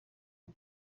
izo